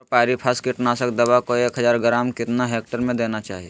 Chlorpyrifos कीटनाशक दवा को एक हज़ार ग्राम कितना हेक्टेयर में देना चाहिए?